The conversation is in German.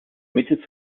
mitte